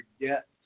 forget